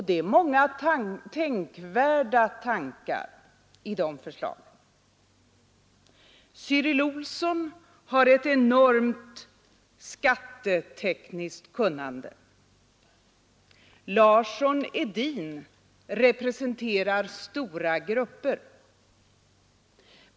Det är många tänkvärda tankar i de förslagen. Cyril Olsson har ett enormt skattetekniskt kunnande. Larsson-Hedin representerar stora grupper.